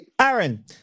Aaron